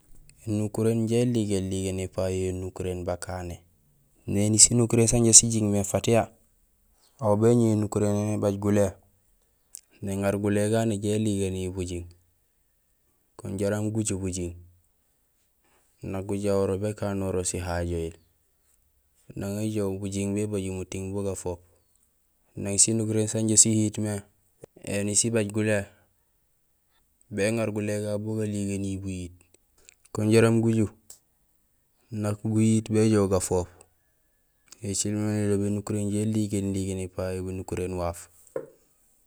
Ēnukuréén inja ligéén ligéén épalool énukuréén bakané néni sinukuréén sanja sijing mé fatiya aw béñoow énukuréén yo nébaj gulé néŋaar gulé gagu néjoow éligéliil buling bun jaraam guju bujing nak ujahoor békaan békanoro sihajohil nang éjoow bujing bébajul muting bu gafoop; nang sinukuréén sanja siyiit mé éni sibaj gulé béŋaar gulé gagu bu galigénil buyiit kun jaraam guju nak guyiit béjoow bu gafoop yo écilmé nilobi énukuréén inja éligéén ligéén épayo énukuréén waaf.